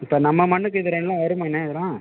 இப்போ நம்ம மண்ணுக்கு இதுலாம் வருமாண்ணா இதுலாம்